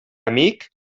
amic